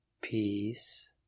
Peace